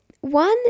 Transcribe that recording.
one